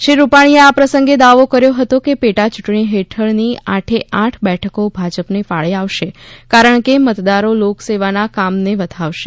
શ્રી રૂપાણીએ આ પ્રસંગે દાવો કર્યો હતો કે પેટા ચૂંટણી હેઠળની આઠે આઠ બેઠકો ભાજપને ફાળે આવશે કારણ કે મતદારો લોક સેવાના કામને વધાવશે